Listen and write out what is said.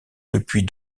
depuis